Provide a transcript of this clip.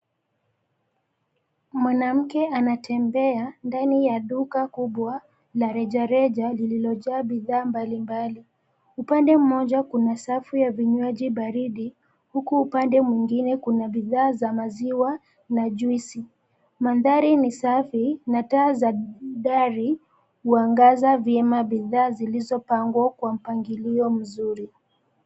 Mwanamke anatembea ndani ya duka kubwa la rejareja lililojaa bidhaa mbalimbali. Upande mmoja kuna safu ya vinywaji baridi, huku upande mwingine kuna bidhaa za maziwa na juisi. Mandhari ni safi, na taa za dari huangaza vyema bidhaa zilizopangwa kwa mpangilio mzuri.